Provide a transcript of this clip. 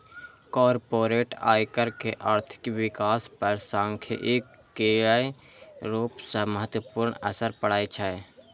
corporate आयकर के आर्थिक विकास पर सांख्यिकीय रूप सं महत्वपूर्ण असर पड़ै छै